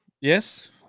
yes